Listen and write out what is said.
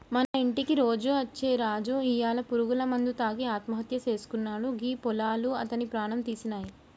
మన ఇంటికి రోజు అచ్చే రాజు ఇయ్యాల పురుగుల మందు తాగి ఆత్మహత్య సేసుకున్నాడు గీ పొలాలు అతని ప్రాణం తీసినాయి